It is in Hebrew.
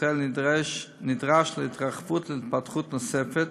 בישראל נדרש להתרחבות ולהתפתחות נוספת,